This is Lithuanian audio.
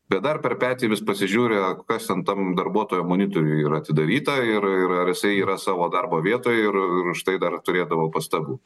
bet dar per petį vis pasižiūri kas ten tam darbuotojo monitoriuj yra atidaryta ir ir ar jisai yra savo darbo vietoj ir už tai dar turėdavo pastabų